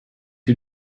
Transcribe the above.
you